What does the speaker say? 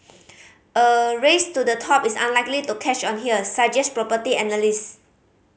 a race to the top is unlikely to catch on here suggest property analyst